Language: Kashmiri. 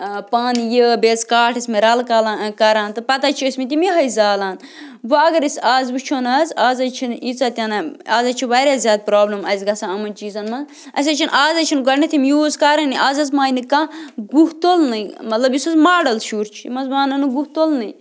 پَن یہِ بیٚیہِ حظ کاٹھ ٲسۍمٕتۍ رَلہٕ کَلان کَران تہٕ پَتہٕ حظ چھِ ٲسۍمٕتۍ یِم یِہوٚے زالان وۄنۍ اگر أسۍ آز وٕچھو نَہ حظ آز حظ چھِنہٕ ییٖژاہ تہِ نَہ آز حظ چھِ واریاہ زیادٕ پرٛابلِم اَسہِ گژھان یِمَن چیٖزَن منٛز اَسہِ حظ چھِنہٕ آز حظ چھِنہٕ گۄڈٕنٮ۪تھ یِم یوٗز کَرٲنی آز حظ مانہِ نہٕ کانٛہہ گُہہ تُلنُے مطلب یُس حظ ماڈَل شُرۍ چھِ یِم حظ مانَن نہٕ گُہہ تُلنٕے